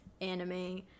anime